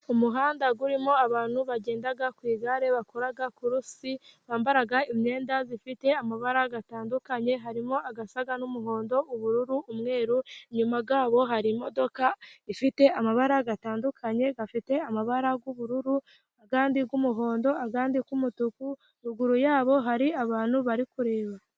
Umuhanda urimo abantu bagenda ku igare bakora kurusi, bambara imyenda ifite amabara atandukanye, harimo asa n'umuhondo, ubururu, umweru, inyuma yabo hari imodoka ifite amabara atandukanye, afite amabara y'ubururu, andi y'umuhondo, andi y'umutuku, ruguru yabo hari abantu bari kureba.